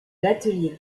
l’atelier